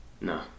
No